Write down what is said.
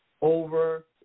over